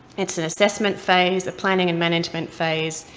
it's an assessment phase, a planning and management phase,